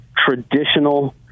traditional